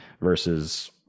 versus